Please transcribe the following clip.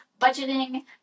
budgeting